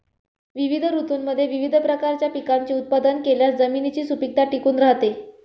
विविध ऋतूंमध्ये विविध प्रकारच्या पिकांचे उत्पादन केल्यास जमिनीची सुपीकता टिकून राहते